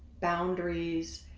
boundaries,